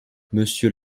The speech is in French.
monsieur